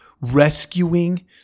Rescuing